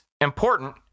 important